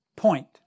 point